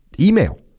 email